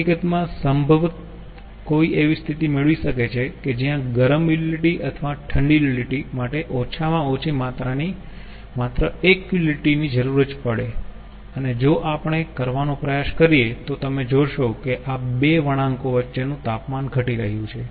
હકીકતમાં સંભવત કોઈ એવી સ્થિતિ મેળવી શકે છે કે જ્યાં ગરમ યુટીલીટી અથવા ઠંડી યુટીલીટી માટે ઓછામાં ઓછી માત્રાની માત્ર એક યુટીલીટી ની જ જરૂર પડે અને જો આપણે કરવાનો પ્રયાસ કરીએ તો તમે જોશો કે આ બે વણાંકો વચ્ચેનું તાપમાન ઘટી રહ્યું છે